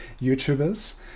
youtubers